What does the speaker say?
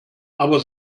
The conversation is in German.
aber